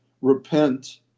repent